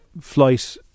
flight